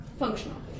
functional